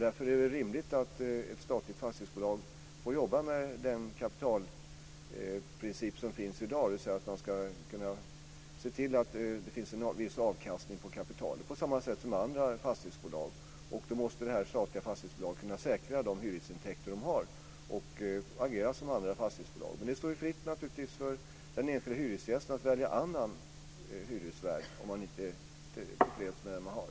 Därför är det rimligt att ett statligt fastighetsbolag får jobba med den kapitalprincip som finns i dag, dvs. att det ska finnas en viss avkastning på kapitalet på samma sätt som i andra fastighetsbolag. Då måste det statliga fastighetsbolaget kunna säkra de hyresintäkter de har och agera som andra fastighetsbolag. Det står naturligtvis fritt för den enskilda hyresgästen att välja en annan hyresvärd om man inte är tillfreds med den man har.